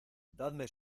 dadme